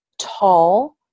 tall